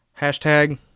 Hashtag